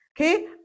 Okay